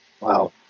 Wow